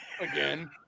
Again